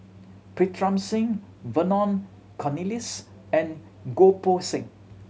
Pritam Singh Vernon Cornelius and Goh Poh Seng